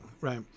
Right